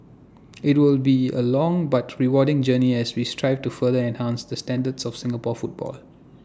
IT will be A long but rewarding journey as we strive to further enhance the standards of Singapore football